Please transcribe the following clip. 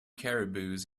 caribous